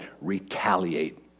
Retaliate